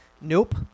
Nope